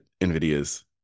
nvidia's